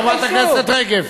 כי זה מה שאת עושה, לשקר,